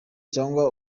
cyangwa